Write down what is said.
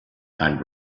and